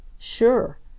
Sure